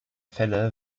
fälle